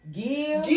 give